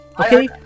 Okay